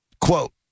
Quote